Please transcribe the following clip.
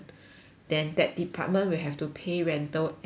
then that department will have to pay rental every month